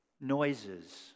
noises